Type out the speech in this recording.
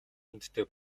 хүндтэй